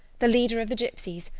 the leader of the gypsies,